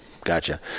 Gotcha